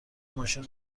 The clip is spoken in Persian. ماشین